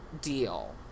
deal